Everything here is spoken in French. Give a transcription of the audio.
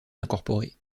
incorporée